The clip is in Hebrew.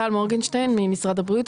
טל מורגנשטיין ממשרד הבריאות,